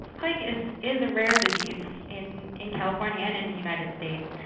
plague is is a rare disease in in california and in the united states.